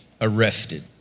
arrested